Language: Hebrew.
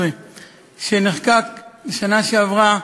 19 שנחקק בשנה שעברה